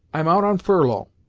i'm out on furlough.